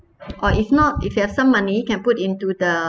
or if not if you have some money can put into the